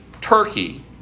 Turkey